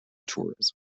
tourism